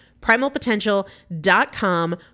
Primalpotential.com